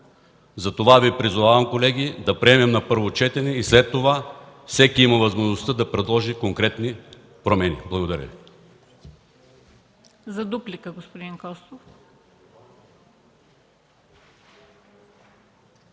Призовавам Ви, колеги, да го приемем на първо четене и след това всеки има възможността да предложи конкретни промени. Благодаря Ви.